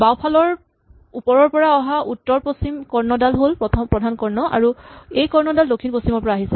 বাওঁফালৰ ওপৰৰ পৰা অহা উত্তৰ পশ্চিম কৰ্ণডাল হ'ল প্ৰধান কৰ্ণ আৰু এই কৰ্ণডাল দক্ষিণ পশ্চিমৰ পৰা আহিছে